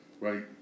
Right